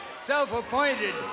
Self-appointed